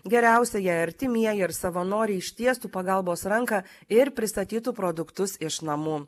geriausia jei artimieji ar savanoriai ištiestų pagalbos ranką ir pristatytų produktus iš namų